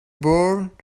born